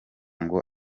ngo